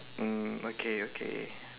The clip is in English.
mm okay okay